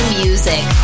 music